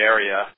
Area